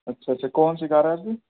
اچھا اچھا کون سی کار ہے آپ کی